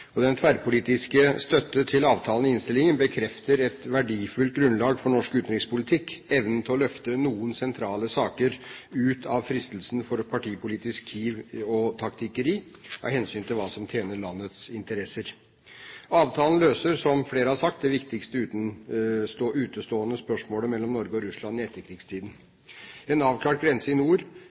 saken. Den tverrpolitiske støtten til avtalen i innstillingen bekrefter et verdifullt grunnlag for norsk utenrikspolitikk, nemlig evnen til å løfte noen sentrale saker ut av fristelsen for partipolitisk kiv og taktikkeri, av hensyn til hva som tjener landets interesser. Avtalen løser, som flere har sagt, det viktigste utestående spørsmålet mellom Norge og Russland i etterkrigstiden. En avklart grense i nord,